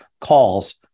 calls